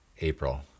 April